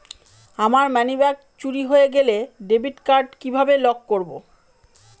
আমার মানিব্যাগ চুরি হয়ে গেলে ডেবিট কার্ড কিভাবে লক করব?